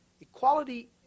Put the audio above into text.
Equality